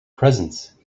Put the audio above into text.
presence